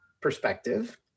perspective